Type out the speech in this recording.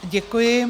Děkuji.